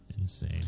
Insane